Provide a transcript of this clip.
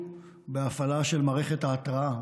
קיימנו תרגול חשוב בהפעלה של מערכת ההתרעה,